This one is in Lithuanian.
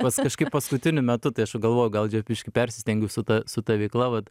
pas kažkaip paskutiniu metu tai aš jau galvoju gal čia biškį persistengiu su ta su ta veikla vat